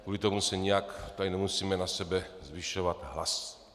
Kvůli tomu nijak tady nemusíme na sebe zvyšovat hlas.